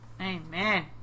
Amen